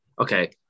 Okay